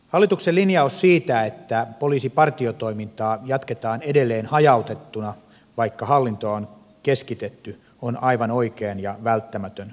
hallituksen linjaus siitä että poliisipartiotoimintaa jatketaan edelleen hajautettuna vaikka hallintoa on keskitetty on aivan oikein ja välttämätön linjaus